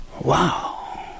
Wow